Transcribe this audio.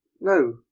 No